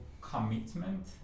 commitment